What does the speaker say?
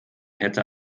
hätte